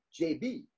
JB